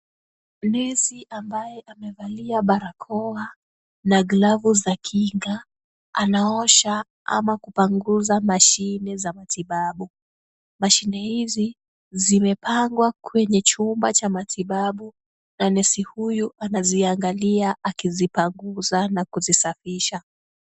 Nesi ambaye amevalia barakoa na glavu za kinga anaosha ama kupanguza mashine za matibabu. Mashine hizi zimepangwa kwenye chumba cha matibabu na nesi huyu anaziangalia akizipanguza na kuzisafisha.